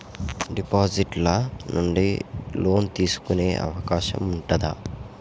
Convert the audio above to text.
Deposit ల నుండి loan తీసుకునే అవకాశం ఉంటదా?